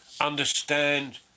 understand